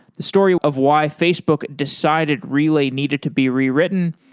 the story of why facebook decided relay needed to be rewritten,